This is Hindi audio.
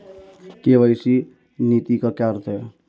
के.वाई.सी नीति का क्या अर्थ है?